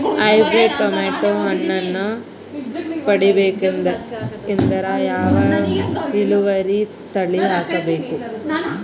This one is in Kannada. ಹೈಬ್ರಿಡ್ ಟೊಮೇಟೊ ಹಣ್ಣನ್ನ ಪಡಿಬೇಕಂದರ ಯಾವ ಇಳುವರಿ ತಳಿ ಹಾಕಬೇಕು?